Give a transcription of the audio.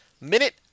Minute